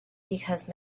because